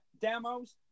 demos